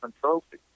Trophy